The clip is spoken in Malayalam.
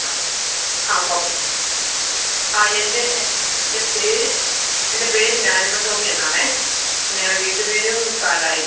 ആ ആ ഓപ്പസിറ്റ് ആ എൻ്റെ എൻ്റെ പേര് എൻ്റെ പേര് ലാലിമ ടോമി എന്നാണേ ഞങ്ങളുടെ വീട്ട് പേര് കാലായിൽ